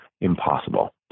impossible